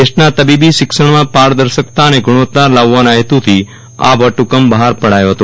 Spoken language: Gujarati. દેશના તબીબી શિક્ષણમાં પારદર્શકતા અને ગુણવત્તા લાવવાના હેતુથી આ વટ હુકમ બહાર પડાયો હતો